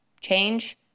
change